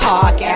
Park